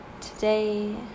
Today